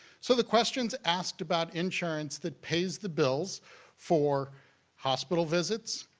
so the questions asked about insurance that pays the bills for hospital visits,